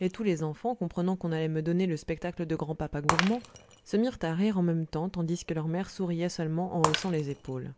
et tous les enfants comprenant qu'on allait me donner le spectacle de grand-papa gourmand se mirent à rire en même temps tandis que leur mère souriait seulement en haussant les épaules